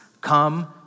come